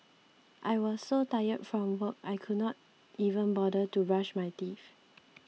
I was so tired from work I could not even bother to brush my teeth